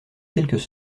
quelques